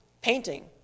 painting